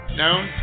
known